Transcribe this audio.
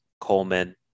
Coleman